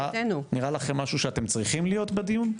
נראה לכם משהו שאתם צריכים להיות בדיון?